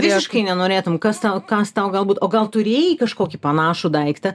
visiškai nenorėtum kas tau kas tau galbūt o gal turėjai kažkokį panašų daiktą